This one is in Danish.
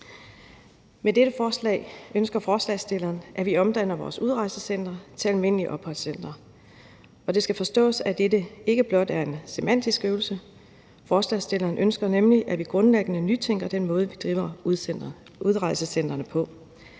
Med dette forslag ønsker forslagsstillerne, at vi omdanner vores udrejsecentre til almindelige opholdscentre, og det skal forstås sådan, at dette ikke blot er en semantisk øvelse. Forslagsstillerne ønsker nemlig, at vi grundlæggende nytænker den måde, vi driver udrejsecentrene på.